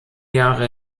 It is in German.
jahre